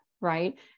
right